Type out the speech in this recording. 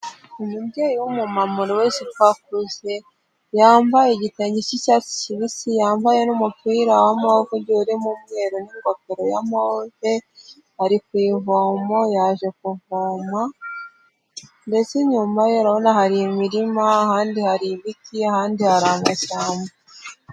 Umubyeyi w'umumama uruzi ko akuze, yambaye igitenge cy'icyatsi kibisi, yambaye n'umupira wa move ugiye urimo umweru n'ingofero ya move, ari ku ivomo yaje kuvoma ndetse inyuma ye urabona hari imirima, ahandi hari ibiti, ahandi hari amashyamba.